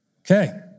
Okay